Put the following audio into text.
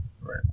right